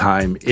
Time